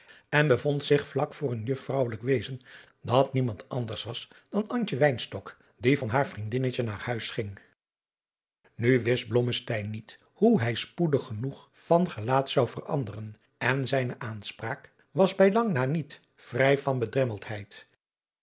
en bevond zich vlak voor een juffrouwelijk wezen dat niemand anders was dan antje wynstok die van haar vriendinnetje naar huis ging nu wist blommesteyn niet hoe hij spoodig genoeg van gelaat zou veranderen en zijne aanspraak was bijlang na niet vrij van bedremmeldheid